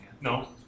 No